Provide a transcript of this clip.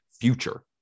future